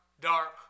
dark